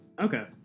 okay